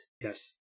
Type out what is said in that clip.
Yes